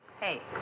Hey